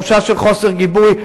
תחושה של חוסר גיבוי,